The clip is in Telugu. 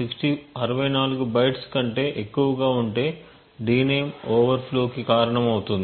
64 బైట్స్ కంటే ఎక్కువగా వుంటే d name ఓవర్ ఫ్లో కి కారణం అవుతుంది